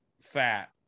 fat